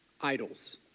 idols